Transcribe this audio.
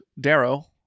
Darrow